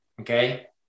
Okay